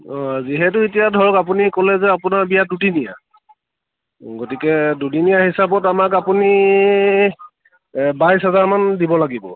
যিহেতু এতিয়া ধৰক আপুনি ক'লে যে আপোনাৰ বিয়া দুদিনীয়া গতিকে দুদিনীয়া হিচাপত আমাক আপুনি বাইছ হেজাৰমান দিব লাগিব